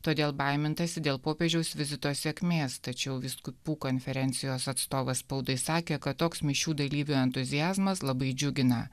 todėl baimintasi dėl popiežiaus vizito sėkmės tačiau vyskupų konferencijos atstovas spaudai sakė kad toks mišių dalyvių entuziazmas labai džiugina